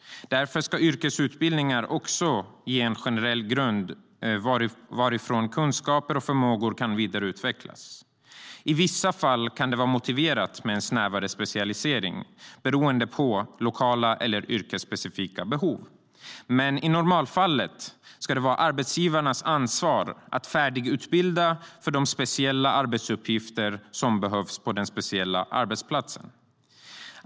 Därför ska yrkesutbildningarna också ge en generell grund varifrån kunskaper och förmågor kan vidareutvecklas.I vissa fall kan det vara motiverat med en snävare specialisering beroende på lokala eller yrkesspecifika behov, men i normalfallet ska det vara arbetsgivarens ansvar att färdigutbilda för de speciella arbetsuppgifter som behövs på arbetsplatsen.